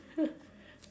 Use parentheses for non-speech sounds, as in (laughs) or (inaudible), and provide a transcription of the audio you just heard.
(laughs)